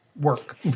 work